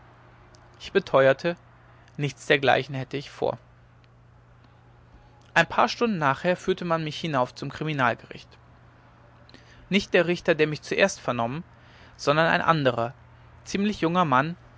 ich beteuerte nichts dergleichen hätte ich vor ein paar stunden nachher führte man mich hinauf zum kriminalgericht nicht der richter der mich zuerst vernommen sondern ein anderer ziemlich junger mann